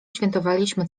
świętowaliśmy